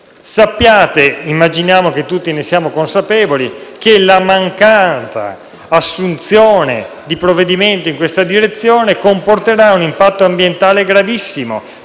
Sappiate - immaginiamo che tutti ne siano consapevoli - che la mancata assunzione di provvedimenti in questa direzione comporterà un impatto ambientale gravissimo